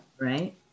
right